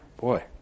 Boy